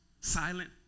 silent